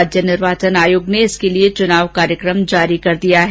राज्य निर्वाचन आयोग ने इसके लिए चुनाव कार्यक्रम जारी कर दिया है